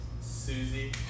Susie